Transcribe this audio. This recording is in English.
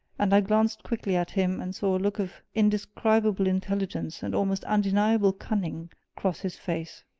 and i glanced quickly at him and saw a look of indescribable intelligence and almost undeniable cunning cross his face.